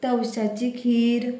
तवश्यांची खीर